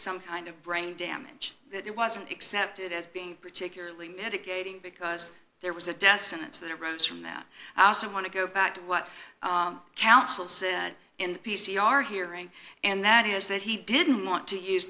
some kind of brain damage that it wasn't accepted as being particularly medicating because there was a death sentence that arose from that i also want to go back to what counsel said in the p c r hearing and that is that he didn't want to use